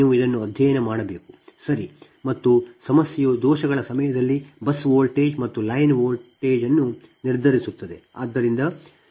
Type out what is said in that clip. ನೀವು ಇದನ್ನು ಅಧ್ಯಯನ ಮಾಡಬೇಕು ಸರಿ ಮತ್ತು ಸಮಸ್ಯೆಯು ದೋಷಗಳ ಸಮಯದಲ್ಲಿ ಬಸ್ ವೋಲ್ಟೇಜ್ ಮತ್ತು ಲೈನ್ ವಿದ್ಯುತ್ಅನ್ನು ನಿರ್ಧರಿಸುತ್ತದೆ ಸರಿ